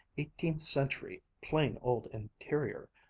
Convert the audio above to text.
eighteenth century, plain old interior.